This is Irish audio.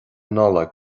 nollag